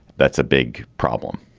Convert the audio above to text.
that's a big problem.